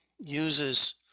uses